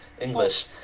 English